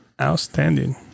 outstanding